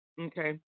okay